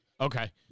Okay